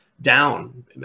down